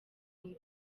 undi